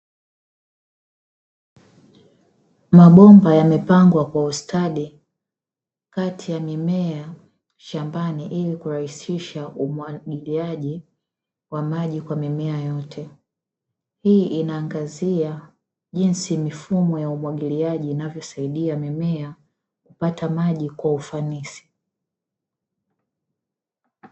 Mabomba yamepangwa kwa ustadi kati ya mimea shambani, ili kurahisisha umwagiliaji wa maji kwa mimea yote. Hii inaangazia jinsi mifumo ya umwagiliaji inavyosaidia mimea kupata maji kwa ufanisi.